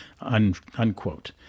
unquote